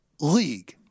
league